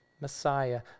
Messiah